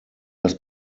das